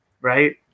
Right